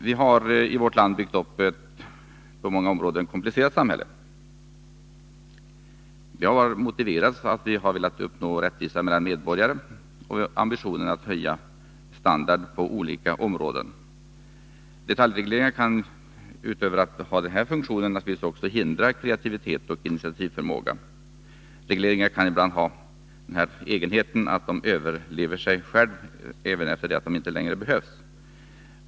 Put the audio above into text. Vi har i vårt land byggt upp ett på många områden komplicerat samhälle. Det har motiverats av att vi har velat uppnå rättvisa mellan medborgare och av en ambition att höja standarden på olika områden. Detaljregleringar kan, utöver att ha den här funktionen, naturligtvis också hindra kreativitet och initiativförmåga. Regleringar kan ibland ha egenheten att de överlever sig själva även när de inte längre behövs.